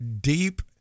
Deep